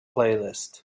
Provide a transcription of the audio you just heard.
playlist